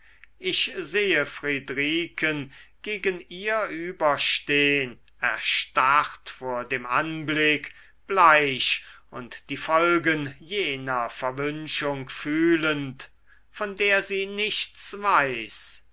ich sehe friedriken gegen ihr über stehn erstarrt vor dem anblick bleich und die folgen jener verwünschung fühlend von der sie nichts weiß